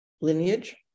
lineage